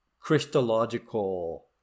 Christological